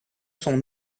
son